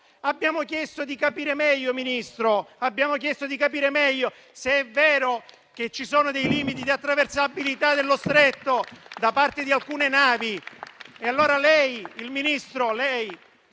Abbiamo chiesto di capire meglio, signor Ministro, se è vero che ci sono dei limiti di attraversabilità dello Stretto da parte di alcune navi